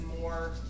more